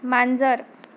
मांजर